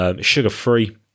sugar-free